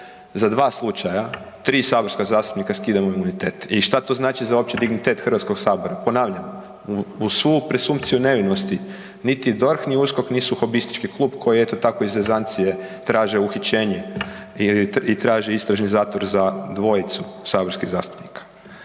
za dva slučaja 3 saborska zastupnika skidamo imunitet i šta to znači za opće dignitet HS? Ponavljam, uz svu presumpciju nevinosti, niti DORH, ni USKOK nisu hobistički klub koji eto tako iz zezancije traže uhićenje i traže istražni zatvor za dvojicu saborskih zastupnika.